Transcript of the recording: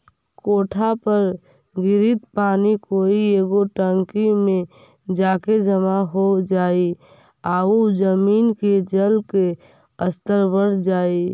कोठा पर गिरित पानी कोई एगो टंकी में जाके जमा हो जाई आउ जमीन के जल के स्तर बढ़ जाई